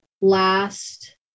last